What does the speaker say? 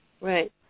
Right